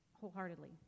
wholeheartedly